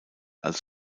als